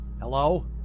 Hello